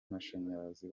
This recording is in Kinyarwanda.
mashanyarazi